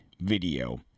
video